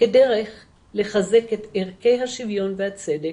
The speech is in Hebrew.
כדרך לחזק את ערכי השוויון והצדק,